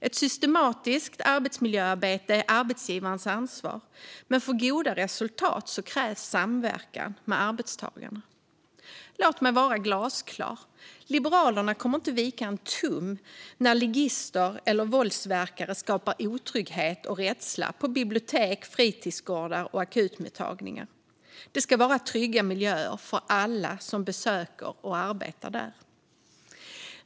Ett systematiskt arbetsmiljöarbete är arbetsgivarens ansvar, men för goda resultat krävs samverkan med arbetstagarna. Låt mig vara glasklar: Liberalerna kommer inte att vika en tum när ligister eller våldsverkare skapar otrygghet och rädsla på bibliotek, fritidsgårdar och akutmottagningar. Det ska vara trygga miljöer för alla som besöker dem och alla som arbetar där.